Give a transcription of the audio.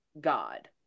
God